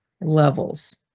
levels